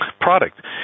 product